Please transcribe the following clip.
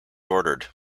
ordered